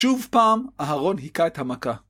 שוב פעם, אהרון היכה את המכה.